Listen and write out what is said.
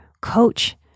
coach